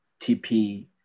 TP